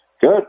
Good